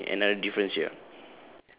oh okay another difference here